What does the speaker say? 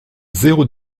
zéro